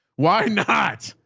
why not?